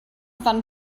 fun